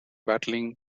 battling